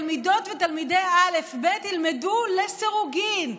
תלמידות ותלמידי א'-ב' ילמדו לסירוגין,